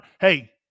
Hey